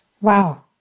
Wow